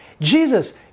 Jesus